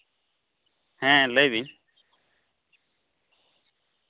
ᱦᱮᱸ ᱞᱟᱹᱭ ᱵᱤᱱ